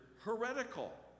heretical